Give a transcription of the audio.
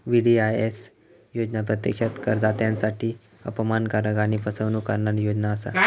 VDIS योजना प्रत्यक्षात करदात्यांसाठी अपमानकारक आणि फसवणूक करणारी योजना असा